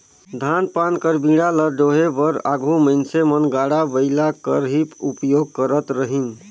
धान पान कर बीड़ा ल डोहे बर आघु मइनसे मन गाड़ा बइला कर ही उपियोग करत रहिन